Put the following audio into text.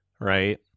Right